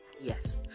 Yes